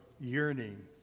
yearning